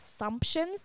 assumptions